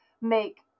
make